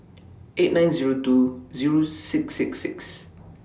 eight nine Zero two Zero six six six